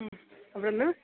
അവിടെന്ന്